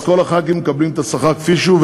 אז כל חברי הכנסת מקבלים את השכר כפי שהוא,